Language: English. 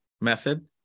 method